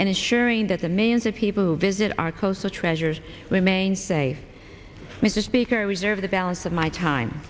and ensuring that the millions of people who visit our closest treasures remain say mr speaker i reserve the balance of my time